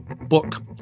book